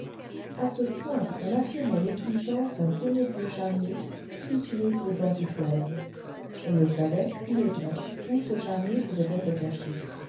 a ce point qu'on affirmait l'existence d'un ténébreux charnier situé au bord du fleuve on ne savait il est vrai où ce charnier pouvait être caché